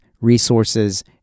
resources